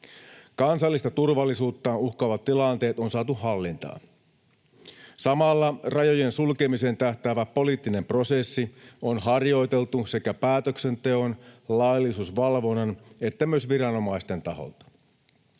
Kansallista turvallisuutta uhkaavat tilanteet on saatu hallintaan. Samalla rajojen sulkemiseen tähtäävä poliittinen prosessi on harjoiteltu sekä päätöksenteon, laillisuusvalvonnan että myös viranomaisten taholta.